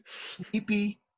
Sleepy